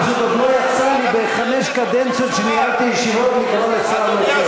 פשוט לא יצא לי בחמש הקדנציות שניהלתי ישיבות לקרוא שר לסדר.